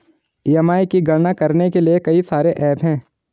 EMI की गणना करने के लिए कई सारे एप्प हैं